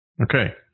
Okay